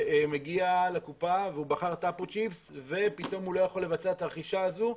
שמגיעה לקופה והוא בחר תפוצ'יפס ופתאום הוא לא יכול לבצע את הרכישה הזו,